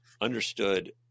understood